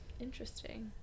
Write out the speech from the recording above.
interesting